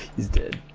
is that